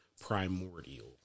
Primordial